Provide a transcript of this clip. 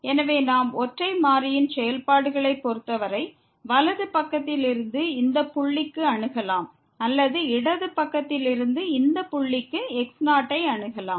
எனவே நாம் ஒற்றை மாறியின் செயல்பாடுகளைப் பொறுத்தவரை வலது பக்கத்தில் இருந்து இந்த புள்ளிக்கு அணுகலாம் அல்லது இடது பக்கத்தில் இருந்து இந்த புள்ளிக்கு x0 ஐ அணுகலாம்